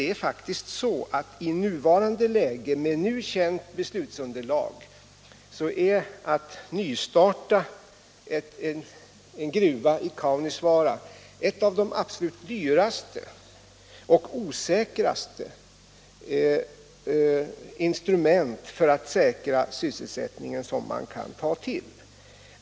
Att i nuvarande läge och med nu känt beslutsunderlag starta en gruva i Kaunisvaara är faktiskt ett av de absolut dyraste och osäkraste instrument man kan ta till.